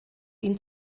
ihn